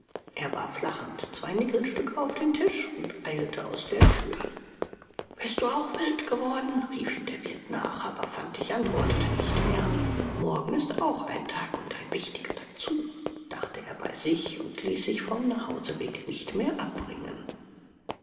er warf lachend zwei nickelstücke auf den tisch und eilte aus der tür bist du auch wild geworden rief ihm der wirt nach aber fantig antwortete nicht mehr morgen ist auch ein tag und ein wichtiger dazu dachte er bei sich und ließ sich vom nachhauseweg nicht mehr abbringen